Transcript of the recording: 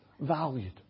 valued